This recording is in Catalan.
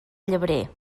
llebrer